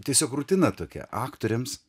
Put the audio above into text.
tiesiog rutina tokia aktoriams